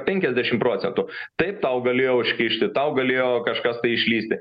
penkiasdešimt procentų taip tau galėjo užkišti tau galėjo kažkas tai išlįsti